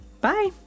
Bye